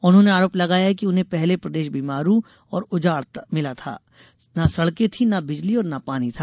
उन्होंने आरोप लगाया कि उन्हें पहले प्रदेश बिमारू और उजाड़ था न सड़कें थी न बिजली और न पानी था